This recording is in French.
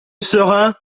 serin